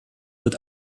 wird